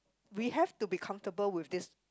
we have to be comfortable with this